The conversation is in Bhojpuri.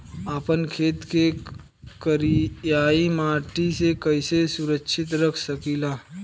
आपन खेत के करियाई माटी के कइसे सुरक्षित रख सकी ला?